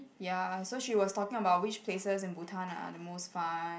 ya so she was talking about which places in Bhutan are the most fun